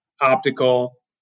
optical